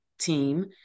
team